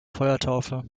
feuertaufe